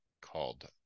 called